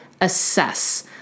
assess